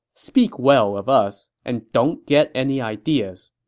speak well of us, and don't get any ideas.